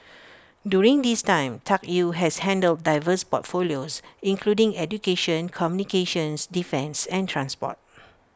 during this time Tuck Yew has handled diverse portfolios including education communications defence and transport